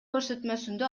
көрсөтмөсүндө